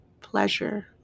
pleasure